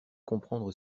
comprendre